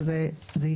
אבל זה התעכב.